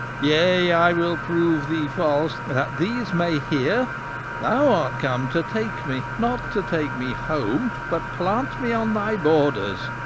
yea, i will proved thee false, that these may hear thou art come to take me, not to take me home, but plant me on thy borders,